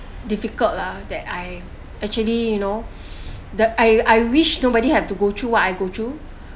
difficult lah that I actually you know the I I wish nobody have to go through what I go through